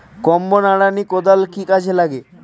Combo নিড়ানি কোদাল কি কাজে লাগে?